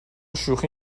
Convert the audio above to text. شوخی